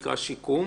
בשיקום.